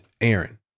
Aaron